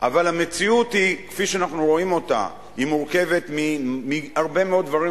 אבל המציאות כפי שאנחנו רואים אותה היא מורכבת מהרבה מאוד דברים,